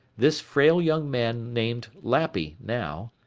this frail young man named lappy now.